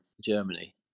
Germany